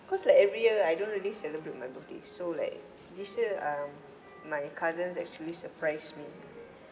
cause like every year I don't really celebrate my birthday so like this year um my cousins actually surprised me